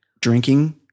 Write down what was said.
drinking